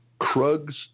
Krug's